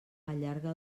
allarga